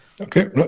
okay